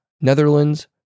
Netherlands